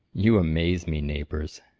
you amaze me, neighbours!